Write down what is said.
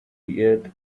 earth